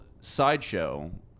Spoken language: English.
sideshow